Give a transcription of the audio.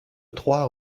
trois